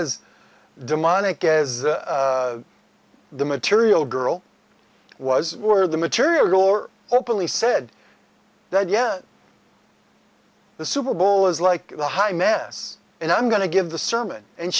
is demonic as the material girl was were the material or openly said that yeah the super bowl is like the high mess and i'm going to give the sermon and